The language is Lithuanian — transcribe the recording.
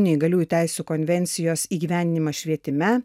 neįgaliųjų teisių konvencijos įgyvendinimą švietime